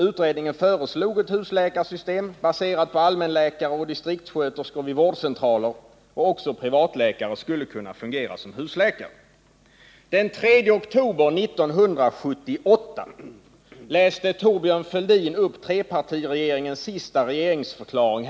Utredningen föreslog ett husläkarsystem baserat på allmänläkare och distriktssköterskor vid vårdcentraler. Också privatläkare skulle kunna fungera som husläkare. Den 3 oktober 1978 läste Thorbjörn Fälldin i riksdagen upp trepartiregeringens sista regeringsförklaring.